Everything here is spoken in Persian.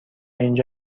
اینجا